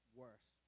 worse